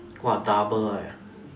!wah! double eh